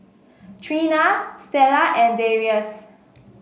Trina Stella and Darrius